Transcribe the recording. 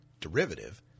derivative